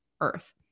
earth